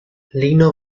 lino